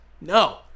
No